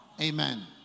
Amen